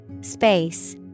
Space